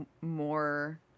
more